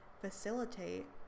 facilitate